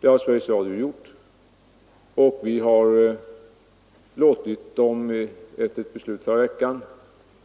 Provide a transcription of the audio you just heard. Det har Sveriges Radio gjort, och vi har efter ett beslut i veckan låtit Sveriges Radio